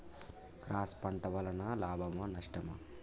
Cross పంట వలన లాభమా నష్టమా?